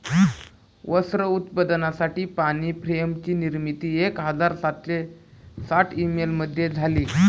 वस्त्र उत्पादनासाठी पाणी फ्रेम ची निर्मिती एक हजार सातशे साठ ई मध्ये झाली